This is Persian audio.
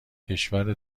کشور